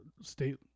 state